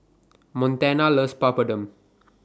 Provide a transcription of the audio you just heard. Montana loves Papadum